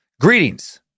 Greetings